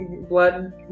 blood